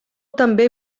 també